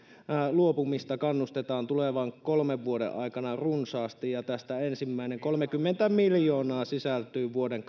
luopumista kannustetaan tulevan kolmen vuoden aikana runsaasti ja tästä ensimmäinen kolmekymmentä miljoonaa sisältyy vuoden